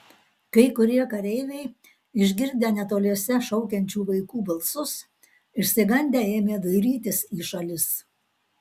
kai kurie kareiviai išgirdę netoliese šaukiančių vaikų balsus išsigandę ėmė dairytis į šalis